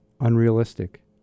unrealistic